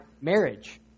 marriage